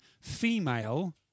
female